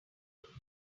would